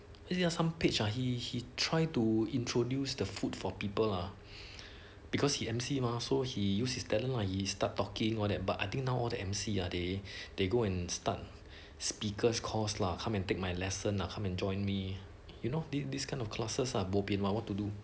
some page ah he he try to introduce the food for people lah because emcee mah so he used his talent lah he start talking about that but I think now all the emcee ah they they go and start speakers course lah come and take my lesson lah come and join me you know this kind of classes ah bo pian lah what to do